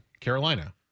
Carolina